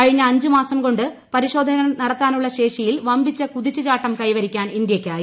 കഴിഞ്ഞ അഞ്ച് മാസം കൊണ്ട് പരിശോധനകൾ നടത്താനുള്ള ശേഷിയിൽ വമ്പിച്ച കുതിച്ചുചാട്ടം കൈവരിക്കാൻ ഇന്ത്യക്കായി